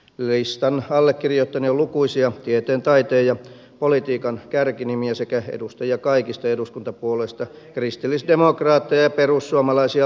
listan on allekirjoittanut jo lukuisia tieteen taiteen ja politiikan kärkinimiä sekä edustajia kaikista eduskuntapuolueista kristillisdemokraatteja ja perussuomalaisia lukuun ottamatta